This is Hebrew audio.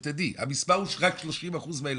שתדעי, המספר הוא רק 30% מהילדים.